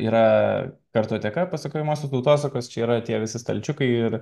yra kartoteka pasakojamosios tautosakos čia yra tie visi stalčiukai ir